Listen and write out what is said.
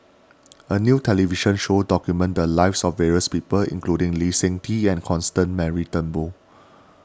a new television show documented the lives of various people including Lee Seng Tee and Constance Mary Turnbull